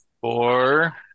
Four